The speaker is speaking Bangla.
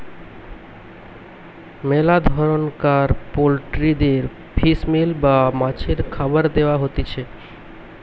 মেলা ধরণকার পোল্ট্রিদের ফিশ মিল বা মাছের খাবার দেয়া হতিছে